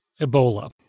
Ebola